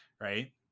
right